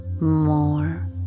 more